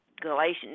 Galatians